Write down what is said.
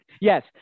Yes